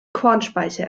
kornspeicher